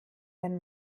wenn